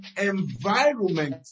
environment